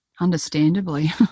Understandably